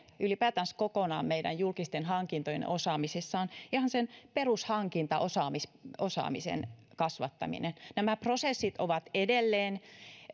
ylipäätänsä koko meidän julkisten hankintojen osaamisessa on ihan perushankintaosaamisen kasvattaminen nämä prosessit ovat edelleen